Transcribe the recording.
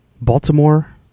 Baltimore